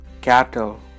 cattle